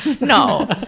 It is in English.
No